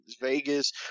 Vegas